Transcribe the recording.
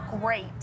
great